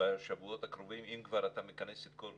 בשבועות הקרובים, אם אתה כבר מכנס את כל